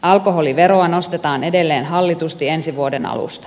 alkoholiveroa nostetaan edelleen hallitusti ensi vuoden alusta